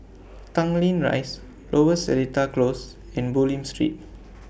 Tanglin Rise Lower Seletar Close and Bulim Street